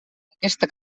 aquesta